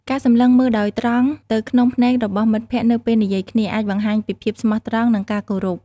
ការសម្លឹងមើលដោយត្រង់ទៅក្នុងភ្នែករបស់មិត្តភក្តិនៅពេលនិយាយគ្នា អាចបង្ហាញពីភាពស្មោះត្រង់និងការគោរព។